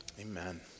Amen